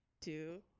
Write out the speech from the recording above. two